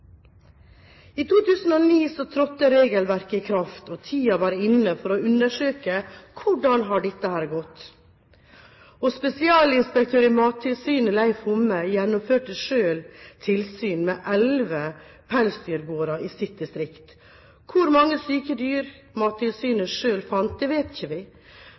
I 2009 trådte regelverket i kraft, og tiden var inne for å undersøke hvordan det hadde gått. Spesialinspektør i Mattilsynet, Leif Homme, gjennomførte selv tilsyn med elleve pelsdyrgårder i sitt distrikt. Hvor mange syke dyr Mattilsynet selv fant, vet vi ikke,